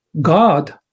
God